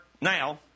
now